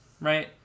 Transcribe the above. right